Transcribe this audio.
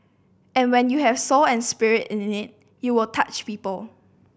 and when you have soul and spirit in it you will touch people